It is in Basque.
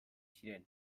ziren